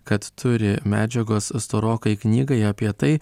kad turi medžiagos storokai knygai apie tai